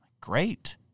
Great